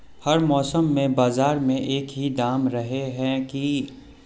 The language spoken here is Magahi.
हर मौसम में बाजार में एक ही दाम रहे है की?